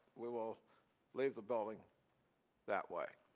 we will leave the building that way.